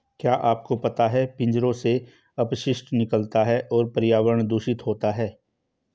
क्या आपको पता है पिंजरों से अपशिष्ट निकलता है तो पर्यावरण दूषित होता है?